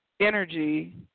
energy